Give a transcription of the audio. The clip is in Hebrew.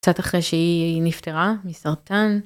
קצת אחרי שהיא נפטרה מסרטן.